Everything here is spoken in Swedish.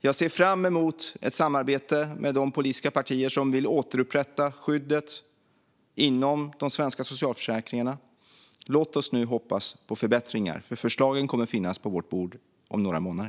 Jag ser fram emot ett samarbete med de politiska partier som vill återupprätta skyddet inom de svenska socialförsäkringarna. Låt oss nu hoppas på förbättringar, för förslagen kommer att finnas på vårt bord om några månader.